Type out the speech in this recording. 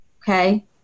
Okay